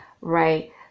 right